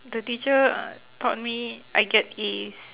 the teacher taught me I get As